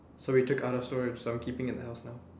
so we take out of storage so I'm keeping at the house now